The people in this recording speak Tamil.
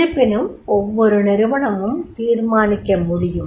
இருப்பினும் ஒவ்வொரு நிறுவனமும் தீர்மானிக்க முடியும்